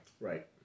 Right